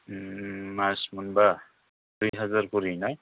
मास मोनबा दुइ हाजार खरि ना